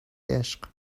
عشق